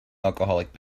alcoholic